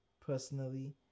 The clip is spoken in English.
personally